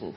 i